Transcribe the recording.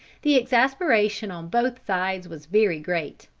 the exasperation on both sides was very great,